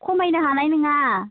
खमायनो हानाय नङा